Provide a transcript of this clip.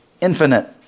infinite